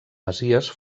masies